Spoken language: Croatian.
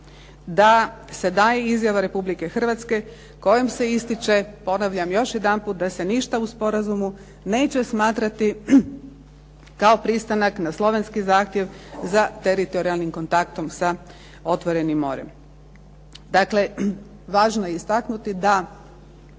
da se daje Izjava Republike Hrvatske kojom se ističe, ponavljam još jedanput, da se ništa u sporazumu neće smatrati kao pristanak na slovenski zahtjev za teritorijalnim kontaktom sa otvorenim morem. Dakle, važno je istaknuti da